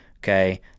Okay